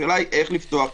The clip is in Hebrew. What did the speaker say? השאלה היא איך לפתוח.